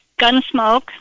Gunsmoke